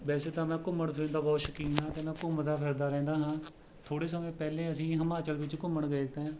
ਵੈਸੇ ਤਾਂ ਮੈਂ ਘੁੰਮਣ ਫਿਰਨ ਦਾ ਬਹੁਤ ਸ਼ੌਕੀਨ ਹਾਂ ਅਤੇ ਮੈਂ ਘੁੰਮਦਾ ਫਿਰਦਾ ਰਹਿੰਦਾ ਹਾਂ ਥੋੜ੍ਹੇ ਸਮੇਂ ਪਹਿਲਾਂ ਅਸੀਂ ਹਿਮਾਚਲ ਵਿੱਚ ਘੁੰਮਣ ਗਏ ਤੇ